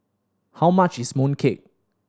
how much is mooncake